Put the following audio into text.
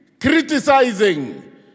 criticizing